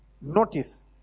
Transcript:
Notice